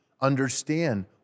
understand